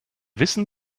wissen